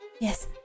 Yes